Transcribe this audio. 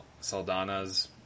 Saldana's